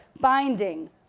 binding